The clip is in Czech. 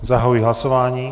Zahajuji hlasování.